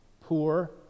poor